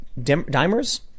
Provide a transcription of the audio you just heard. dimers